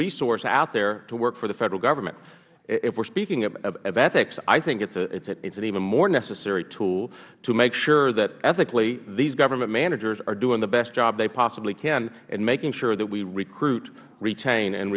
resource out there to work for the federal government if we are speaking of ethics i think it is an even more necessary tool to make sure that ethically these government managers are doing the best job they possibly can in making sure that we recruit retain and